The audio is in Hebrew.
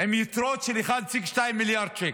עם יתרות של 1.2 מיליארד שקל.